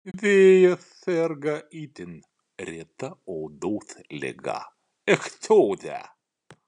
vėjas serga itin reta odos liga ichtioze